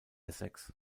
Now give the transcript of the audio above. essex